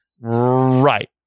Right